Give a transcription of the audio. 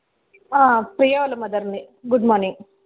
ప్రియా వాళ్ళ మథర్ని good morning